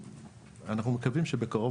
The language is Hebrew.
ומתי את חושבת שהדוח